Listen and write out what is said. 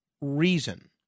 reason